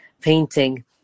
painting